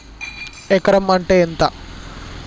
ఎకరం అంటే ఎంత?